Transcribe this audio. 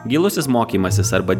gilusis mokymasis arba